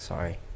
Sorry